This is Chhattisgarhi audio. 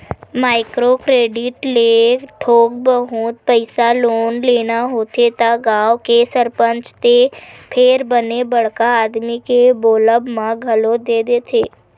माइक्रो क्रेडिट ले थोक बहुत पइसा लोन लेना होथे त गाँव के सरपंच ते फेर बने बड़का आदमी के बोलब म घलो दे देथे